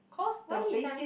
cause the basis